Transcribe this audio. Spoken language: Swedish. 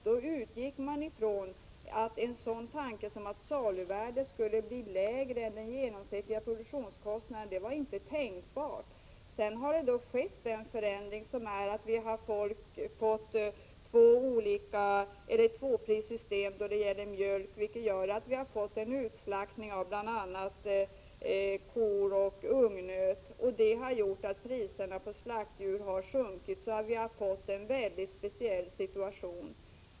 Man utgick ifrån att det inte var tänkbart att saluvärdet skulle bli lägre än den genomsnittliga produktionskostnaden. Därefter har tvåprissystemet när det gäller mjölk införts, vilket har medfört att vi fått en utslaktning av kor och ungnöt. Priserna på slaktdjur har av den anledningen sjunkit. Vi har alltså fått en mycket speciell situation.